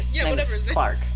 clark